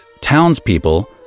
townspeople